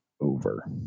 over